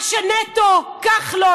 נטו כחלון,